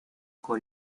con